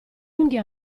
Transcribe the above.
unghie